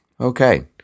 Okay